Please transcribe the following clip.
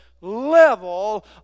level